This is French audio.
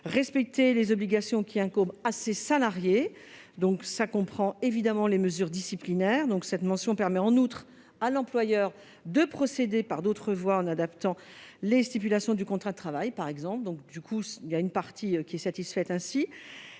respecter les obligations qui incombent à ses salariés. Cela comprend évidemment les mesures disciplinaires. Cette mention permet en outre à l'employeur de procéder par d'autres voies, en adaptant les stipulations du contrat de travail, par exemple. Une partie de ces amendements est ainsi